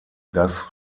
das